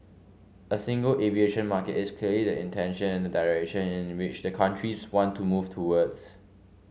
a single aviation market is clearly the intention and the direction in which the countries want to move towards